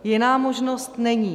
Jiná možnost není.